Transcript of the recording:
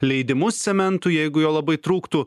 leidimus cementui jeigu jo labai trūktų